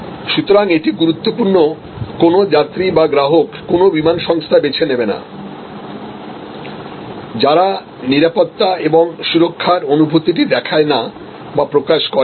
সুতরাং এটি গুরুত্বপূর্ণ কোনও যাত্রী বা গ্রাহক কোন বিমান সংস্থা বেছে নেবে না যারা নিরাপত্তা এবং সুরক্ষার অনুভূতিটিদেখায় না বা প্রকাশ করে না